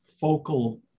focal